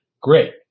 Great